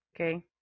Okay